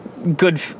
good